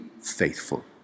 faithful